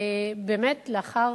באמת לאחר